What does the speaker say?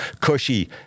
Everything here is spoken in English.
cushy